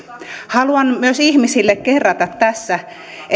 haluan myös ihmisille kerrata tässä